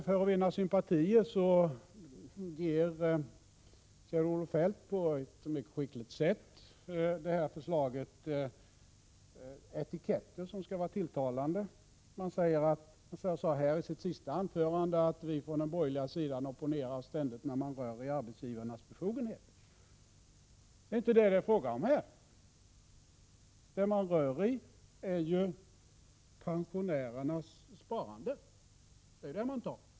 För att vinna sympatier ger Kjell-Olof Feldt på ett mycket skickligt sätt detta förslag etiketter som skall vara tilltalande. Han sade i sitt senaste anförande att vi från den borgerliga sidan ständigt opponerar när man rör i arbetsgivarnas befogenheter. Men det är inte fråga om detta. Det man rör i är ju pensionärernas sparande — det är det som man tar.